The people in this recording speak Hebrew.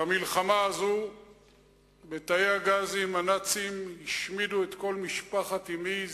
במלחמה הזאת בתאי הגזים השמידו הנאצים את כל משפחת אמי,